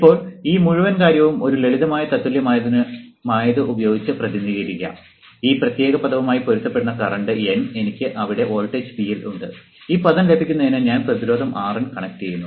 ഇപ്പോൾ ഈ മുഴുവൻ കാര്യവും ഒരു ലളിതമായ തത്തുല്യമായതു ഉപയോഗിച്ച് പ്രതിനിധീകരിക്കാം ഈ പ്രത്യേക പദവുമായി പൊരുത്തപ്പെടുന്ന കറണ്ട് N എനിക്ക് അവിടെ വോൾട്ടേജ് VL ഉണ്ട് ഈ പദം ലഭിക്കുന്നതിന് ഞാൻ പ്രതിരോധം RN കണക്റ്റുചെയ്യുന്നു